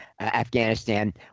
Afghanistan